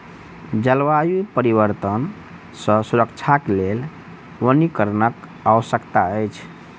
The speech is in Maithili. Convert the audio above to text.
जलवायु परिवर्तन सॅ सुरक्षाक लेल वनीकरणक आवश्यकता अछि